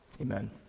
Amen